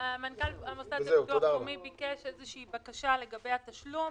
המוסד לביטוח לאומי ביקש איזושהי בקשה לגבי התשלום,